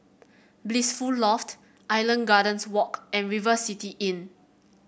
Blissful Loft Island Gardens Walk and River City Inn